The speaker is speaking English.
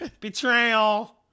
Betrayal